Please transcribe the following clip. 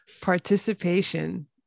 participation